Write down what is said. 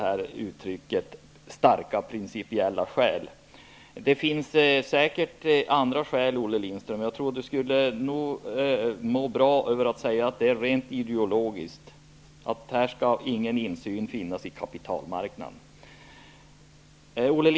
Här nämns också ''starka principiella skäl''. Det finns säkert andra skäl, Olle Lindström. Han skulle nog må bra av att säga att de är rent ideologiska. Här skall ingen insyn finnas i kapitalmarknaden.